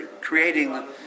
creating